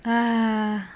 ah